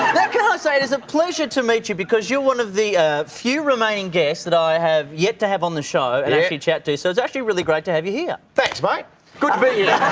that cannot say tis a pleasure to meet you because you're one of the few remaining guests that i have yet to have on the show and if you chat to so it's actually really great to have you here thanks mike good for you